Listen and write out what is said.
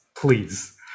please